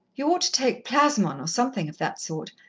you ought to take plasmon, or something of that sort,